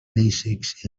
basics